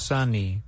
Sunny